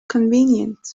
convenient